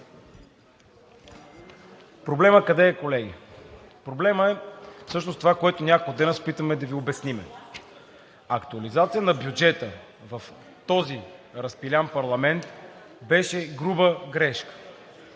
проблемът, колеги? Проблемът е всъщност това, което от няколко дена, се опитваме да Ви обясним. Актуализация на бюджета в този разпилян парламент беше груба грешка.